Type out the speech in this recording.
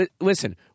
Listen